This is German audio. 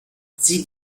sie